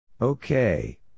Okay